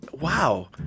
wow